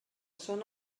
són